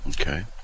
Okay